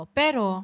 pero